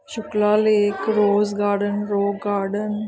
Shukla lake rose garden rock garden